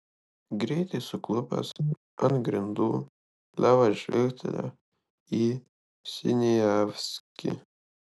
greitai suklupęs ant grindų levas žvilgtelėjo į siniavskį